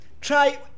Try